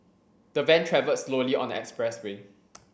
the van travelled slowly on the expressway